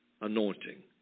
anointing